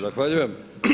Zahvaljujem.